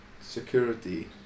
security